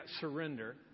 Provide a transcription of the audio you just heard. surrender